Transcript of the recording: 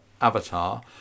avatar